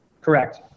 Correct